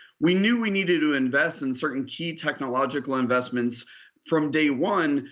we knew we needed to invest in certain key technological investments from day one.